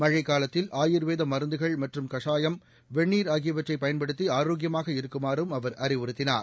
மழைக் காலத்தில் ஆயூர்வேத மருந்துகள் மற்றும் கசாயம் வெந்நீர் ஆகியவற்றை பயன்படுத்தி ஆரோக்கியமாக இருக்குமாறும் அவர் அறிவுறுத்தினார்